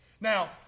Now